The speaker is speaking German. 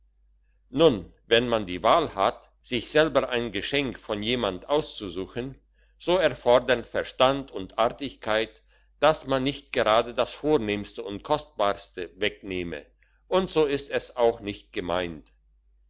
nun wenn man die wahl hat sich selber ein geschenk von jemand auszusuchen so erfordern verstand und artigkeit dass man nicht gerade das vornehmste und kostbarste wegnehme und so ist es auch nicht gemeint